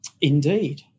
indeed